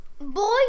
Boy